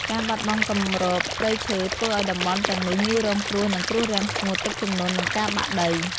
ការបាត់បង់គម្របព្រៃឈើធ្វើឱ្យតំបន់ទាំងនោះងាយរងគ្រោះនឹងគ្រោះរាំងស្ងួត ទឹកជំនន់ និងការបាក់ដី។